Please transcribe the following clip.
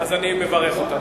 אז אני מברך אותה.